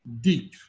deep